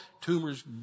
tumors